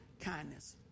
kindness